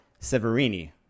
Severini